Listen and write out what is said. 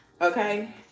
okay